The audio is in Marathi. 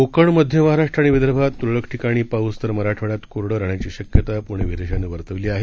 कोकण मध्य महाराष्ट्र आणि विदर्भात तुरळक ठिकाणी पाऊस तर मराठवाड्यात कोरडं राहण्याची शक्यता पुणे वेधशाळेनं वर्तवली आहे